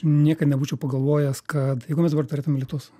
niekad nebūčiau pagalvojęs kad jeigu mes dabar turėtume litus